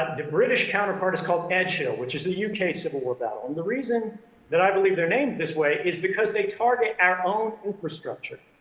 the british counterpart is called edgehill, which is a u k. civil war battle. and the reason that i believe they're named this way is because they target our own infrastructure.